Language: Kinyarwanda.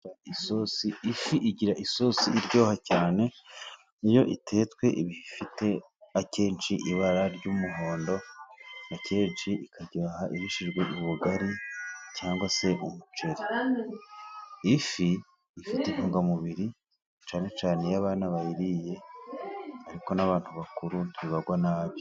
Isosi, ifi igira isosi iryoha cyane, iyo itetswe iba ifite akenshi ibara ry'umuhondo, akenshi ikaryoha irishijwe ubugari cyangwa se umuceri. Ifi ifite intungamubiri cyane cyane iyo abana bayiriye ,ariko n'abantu bakuru ntibagwa nabi.